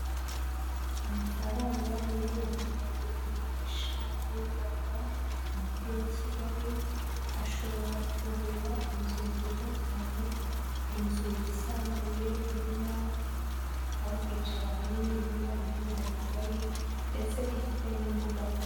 Amafaranga miliyoni mirongo irindwi n'eshanu y'u Rwanda, mu mujyi wa Kigali ashobora kugurira inzu nziza cyane, inzu yisanzuye irimo aho kwicara hanini, irimo ibyumba bigari ndetse ifite n'imbuga nini.